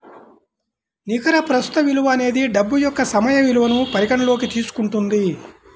నికర ప్రస్తుత విలువ అనేది డబ్బు యొక్క సమయ విలువను పరిగణనలోకి తీసుకుంటుంది